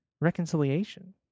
reconciliation